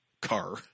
car